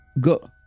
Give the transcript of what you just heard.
Go